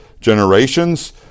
generations